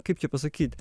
kaip čia pasakyt